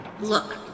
Look